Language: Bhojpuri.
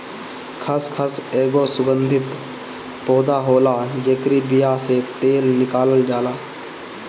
खसखस एगो सुगंधित पौधा होला जेकरी बिया से तेल निकालल जाला